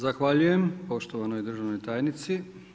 Zahvaljujem poštovanoj državnoj tajnici.